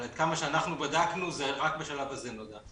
אבל עד כמה שאנחנו בדקנו, זה רק בשלב הזה נודע.